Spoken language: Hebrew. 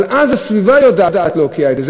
אבל אז הסביבה יודעת להוקיע את זה.